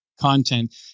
content